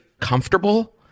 comfortable